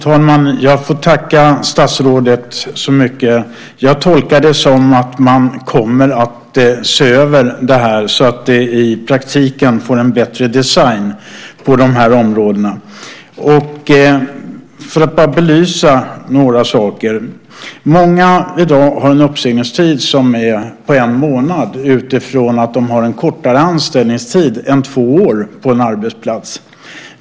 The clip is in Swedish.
Fru talman! Jag får tacka statsrådet så mycket. Jag tolkar det som att man kommer att se över det här så att det i praktiken får en bättre design på de här områdena. För att bara belysa några saker: Många har i dag en uppsägningstid som är en månad utifrån att de har en kortare anställningstid än två år på en arbetsplats.